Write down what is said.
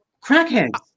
crackheads